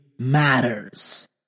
matters